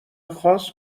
خاص